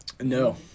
No